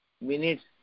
Minutes